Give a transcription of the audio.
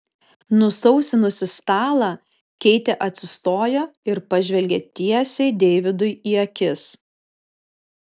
nusausinusi stalą keitė atsistojo ir pažvelgė tiesiai deividui į akis